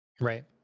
Right